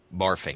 barfing